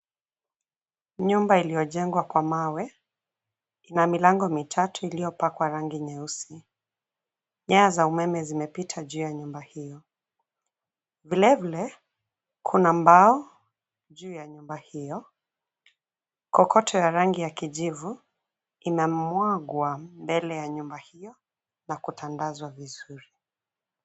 Nyumba iliyojengwa kwa mawe ina milango mitatu iliyopakwa rangi nyeusi. Nyaya za umeme zimepita juu ya nyumba hiyo. Vilevile kuna mbao juu ya nyumba hiyo, kokoto ya rangi ya kijivu inamwagwa mbele ya nyumba hiyo na kutandazwa vizuri.